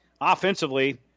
offensively